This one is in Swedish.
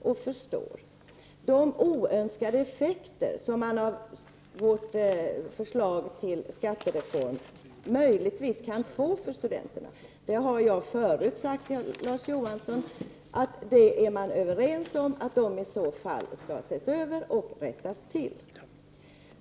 När det gäller de oönskade effekter som vårt förslag till skattereform möjligtvis kan få för studenterna är man — som jag förut har sagt till Larz Johansson — överens om att de skall ses över och rättas till.